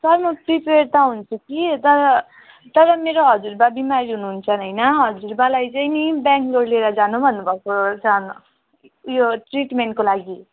sir म prepare त हुन्छु कि तर तर मेरो हजुरबाबा बिमारी हुनुन्छन् होइन हजुरबाबालाई चाहिँ नि बेङ्गलोर लेएर जानु भन्नुभएको छन् ऊ यो ट्रिटमेन्टको लागि